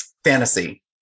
Fantasy